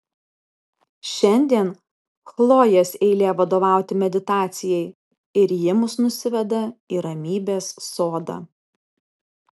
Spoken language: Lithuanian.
šiandien chlojės eilė vadovauti meditacijai ir ji mus nusiveda į ramybės sodą